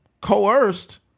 Coerced